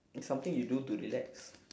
it's something you do to relax